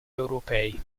europei